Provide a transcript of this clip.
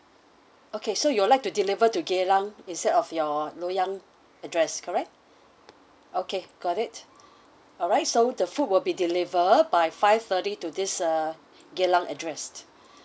okay so you'll like to deliver to geylang instead of your loyang address correct okay got it alright so the food will be deliver by five thirty to this err geylang address